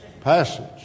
passage